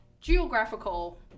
geographical